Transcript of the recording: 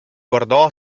guardò